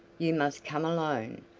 you must come alone,